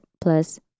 plus